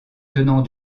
tenants